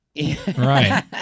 Right